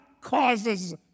causes